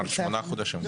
אבל הקורס שמונה חודשים.